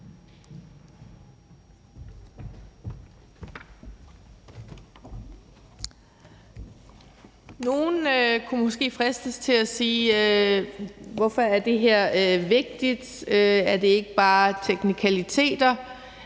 Nogle kunne måske fristes til at spørge: Hvorfor er det her vigtigt? Er det ikke bare teknikaliteter?